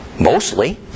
mostly